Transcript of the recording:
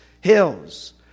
hills